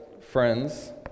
friends